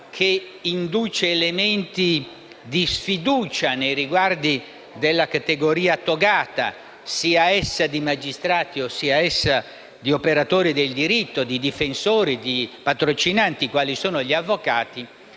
che induce elementi di sfiducia nei riguardi della categoria togata (sia essa di magistrati, di operatori del diritto o di difensori e patrocinanti quali sono gli avvocati),